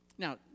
Now